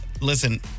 listen